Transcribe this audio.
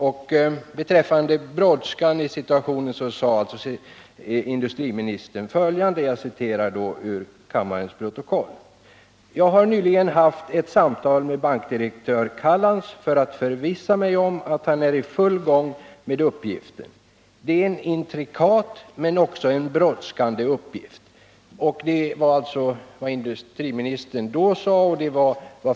Om brådskan sade industriministern enligt riksdagens protokoll: ”Jag har nyligen haft ett samtal med bankdirektör Callans för att förvissa mig om att han är i full gång med uppgiften. Det är en intrikat men också en brådskande uppgift.” Det var alltså vad industriministern yttrade.